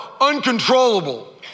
uncontrollable